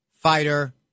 fighter